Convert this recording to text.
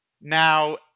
now